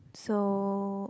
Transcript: so